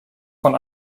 von